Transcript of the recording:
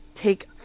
take